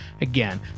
Again